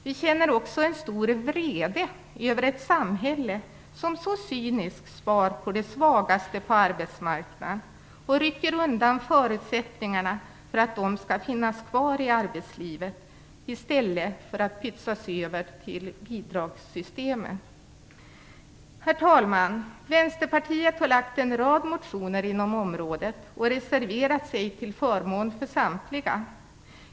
Vi känner också en stor vrede över ett samhälle som så cyniskt gör besparingar som går ut över de svagaste på arbetsmarknaden och rycker undan förutsättningarna för att de skall kunna finnas kvar i arbetslivet i stället för att pytsas över till bidragssystemen. Herr talman! Vänsterpartiet har väckt en rad motioner inom området och reserverat sig till förmån för samtliga.